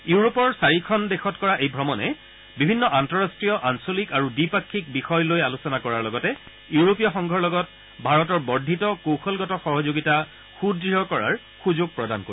ইউৰোপৰ চাৰিখন দেশত কৰা এই ভ্ৰমণে বিভিন্ন আন্তঃৰাষ্ট্ৰীয় আঞ্চলিক আৰু দ্বি পাকি বিষয়লৈ আলোচনা কৰাৰ লগতে ইউৰোপীয় সংঘৰ লগত ভাৰতৰ বৰ্ধিত কৌশলগত সহযোগিতা সুদুঢ় কৰাৰ সুযোগ প্ৰদান কৰিব